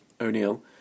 O'Neill